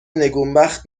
نگونبخت